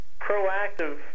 proactive